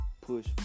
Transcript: push